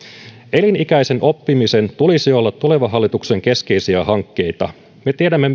elinikäisen oppimisen tulisi olla tulevan hallituksen keskeisiä hankkeita me tiedämme